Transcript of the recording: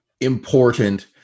important